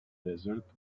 desert